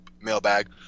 mailbag